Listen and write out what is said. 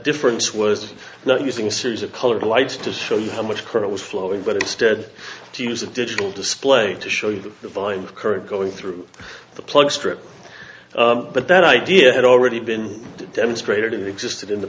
difference was now using series of colored lights to show how much current was flowing but instead to use a digital display to show you the divine current going through the plug strip but that idea had already been demonstrated existed in the